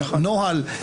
נוהל,